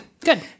Good